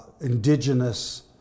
indigenous